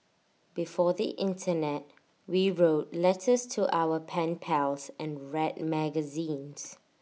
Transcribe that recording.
before the Internet we wrote letters to our pen pals and read magazines